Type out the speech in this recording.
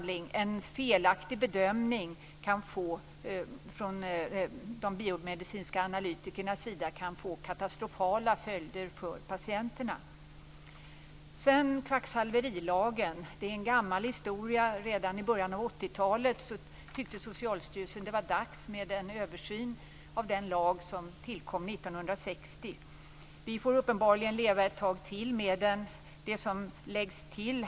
En felaktig bedömning från de biomedicinska analytikernas sida kan få katastrofala följder för patienterna. Kvacksalverilagen är en gammal historia. Redan i början av 80-talet tyckte Socialstyrelsen att det var dags för en översyn av den lag som tillkom 1960. Uppenbarligen får vi leva med den ett tag till.